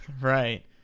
Right